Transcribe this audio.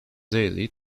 daily